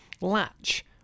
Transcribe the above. Latch